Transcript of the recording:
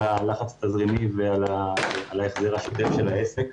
הלחץ התזרימי ועל ההחזר השוטף של העסק.